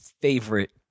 favorite